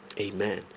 Amen